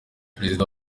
prezida